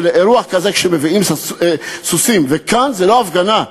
שלאירוע כזה כשמביאים סוסים, וכאן זה לא הפגנה,